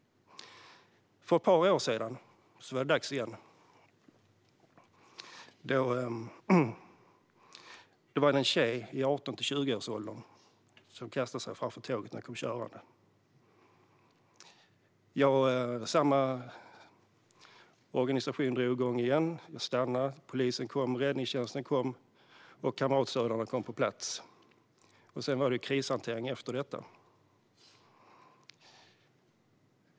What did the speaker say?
För ett par år sedan var det dags igen. Då var det en tjej i 18-20-årsåldern som kastade sig framför tåget när jag kom körande. Samma organisation drog igång igen, polisen kom, räddningstjänsten kom, och kamratstödjarna kom på plats. Sedan var det krishantering efter detta.